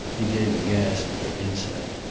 he gave a gasp at her insight.